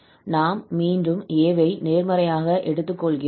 நாம் மீண்டும் a ஐ நேர்மறையாக எடுத்துக்கொள்கிறோம்